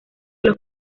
los